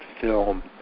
film